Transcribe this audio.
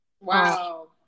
Wow